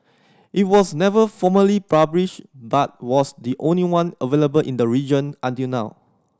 it was never formally published but was the only one available in the region until now